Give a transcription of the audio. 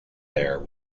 there